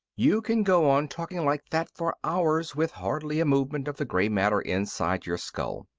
you can go on talking like that for hours with hardly a movement of the gray matter inside your skull.